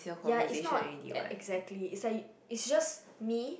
ya is not exactly is like is just me